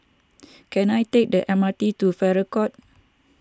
can I take the M R T to Farrer Court